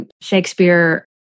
Shakespeare